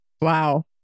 wow